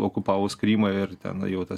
okupavus krymą ir ten jau tas